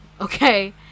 Okay